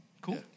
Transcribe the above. cool